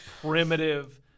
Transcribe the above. primitive